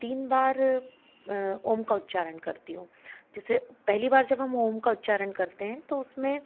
तीन बार ओम का उच्चारण करती हूँ जिससे पहली बार हम जब ओम का उच्चारण करते हैं तो उसमें